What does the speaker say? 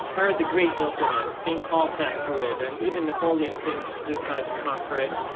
herod the great built in it, st. paul passed through it, and even napoleon famously tried to conquer it,